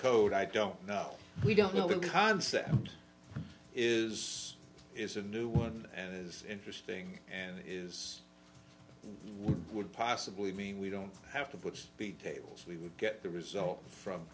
code i don't know we don't know the concept is is a new one and it is interesting and it would possibly mean we don't have to put the tables we get the results from